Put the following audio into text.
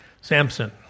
Samson